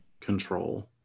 control